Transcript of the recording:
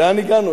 לאן הגענו,